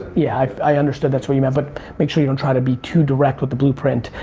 yeah, i understood that's what you meant, but make sure you don't try to be too direct with the blueprint,